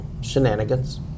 shenanigans